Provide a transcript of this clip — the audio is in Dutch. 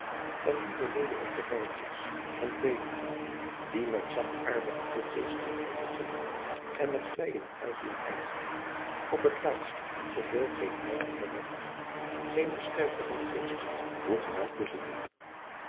van lieverlede het geval is van velen die met zachtaardige toegeeslijkheid beginnen en met vleijen en huichelen eindigende op het laatst geheel geen eigen karakter geene sterkte van geest hoegenaamd bezitten